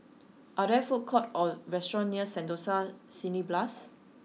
are there food courts or restaurants near Sentosa Cineblast